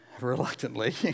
reluctantly